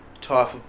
type